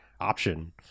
option